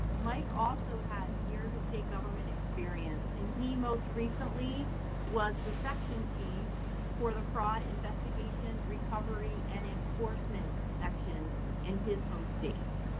mike also has years of state government experience, and he most recently was the section chief for the fraud investigation recovery and enforcement section in his home state.